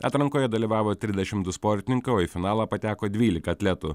atrankoje dalyvavo trisdešim du sportininkai o į finalą pateko dvylika atletų